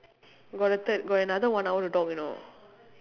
got a third got another one hour to talk you know